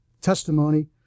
testimony